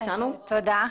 אני פה.